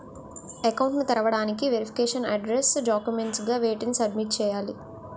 Account ను తెరవటానికి verification address documents గా వేటిని సబ్మిట్ చేయాలి?